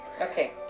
Okay